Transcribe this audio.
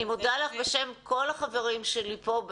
אני מודה לך בשם כל החברים שלי פה,